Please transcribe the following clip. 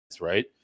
right